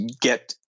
get